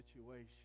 situation